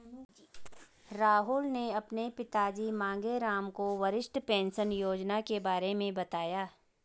राहुल ने अपने पिताजी मांगेराम को वरिष्ठ पेंशन योजना के बारे में बताया